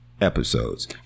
episodes